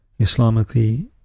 Islamically